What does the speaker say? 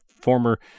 former